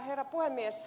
herra puhemies